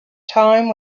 time